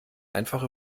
einfach